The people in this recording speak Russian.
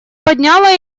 подняла